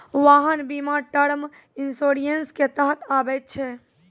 वाहन बीमा term insurance के तहत आबै छै